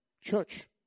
church